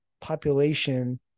population